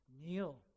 Kneel